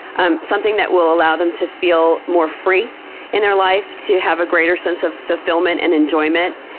um something that will allow them to feel more free in their life, to have a greater sense of fulfillment and enjoyment.